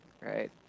right